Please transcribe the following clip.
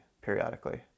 periodically